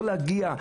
לא להגיע,